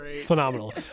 Phenomenal